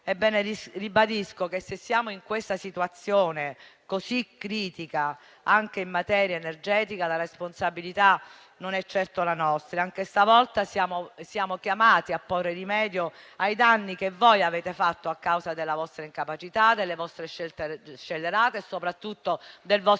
Ribadisco che, se siamo in questa situazione così critica anche in materia energetica, la responsabilità non è certo la nostra. Anche stavolta siamo chiamati a porre rimedio ai danni che voi avete fatto a causa della vostra incapacità, delle vostre scelte scellerate e, soprattutto, del vostro